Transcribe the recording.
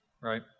right